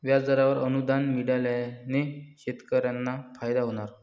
व्याजदरावर अनुदान मिळाल्याने शेतकऱ्यांना फायदा होणार